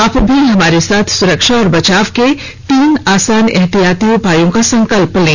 आप भी हमारे साथ सुरक्षा और बचाव के तीन आसान एहतियाती उपायों का संकल्प लें